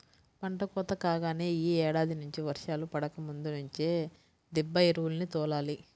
పంట కోత కాగానే యీ ఏడాది నుంచి వర్షాలు పడకముందు నుంచే దిబ్బ ఎరువుల్ని తోలాలి